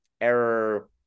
error